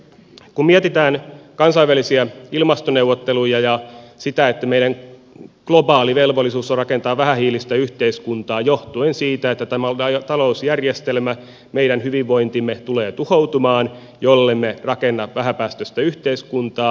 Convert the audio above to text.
kun mietitään kansainvälisiä ilmastoneuvotteluja meidän globaali velvollisuus on rakentaa vähähiilistä yhteiskuntaa johtuen siitä että tämä talousjärjestelmä meidän hyvinvointimme tulee tuhoutumaan jollemme rakenna vähäpäästöistä yhteiskuntaa